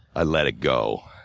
i let it go.